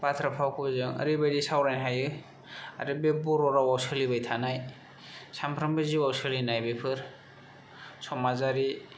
बाथ्रा फावखौ जों ओरैबायदि सावरायनो हायो आरो बे बर' रावआव सोलिबाय थानाय सामफ्रामबो जिउआव सोलिनाय बेफोर समाजारि